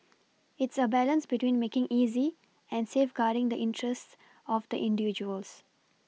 it's a balance between making easy and safeguarding the interests of the individuals